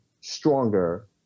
stronger